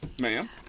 Ma'am